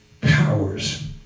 powers